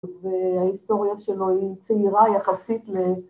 וההיסטוריה שלו היא צעירה יחסית ל...